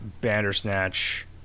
Bandersnatch